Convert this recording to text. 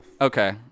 Okay